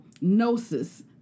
gnosis